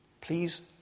Please